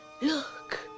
look